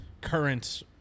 current